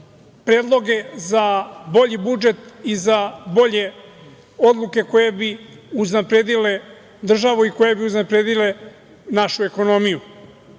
predloge za bolji budžet i za bolje odluke koje bi unapredile državu i koje bi unapredile našu ekonomiju.